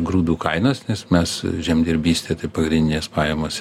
grūdų kainos nes mes žemdirbystė tai pagrindinės pajamos